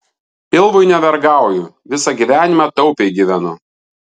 pilvui nevergauju visą gyvenimą taupiai gyvenu